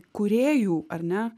kūrėjų ar ne